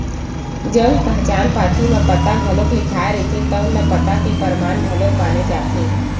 जउन पहचान पाती म पता घलो लिखाए रहिथे तउन ल पता के परमान घलो माने जाथे